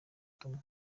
ubumuntu